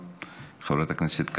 חברת הכנסת דבי ביטון,